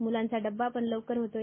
मूलांचा डब्बा पण लवकर होतोय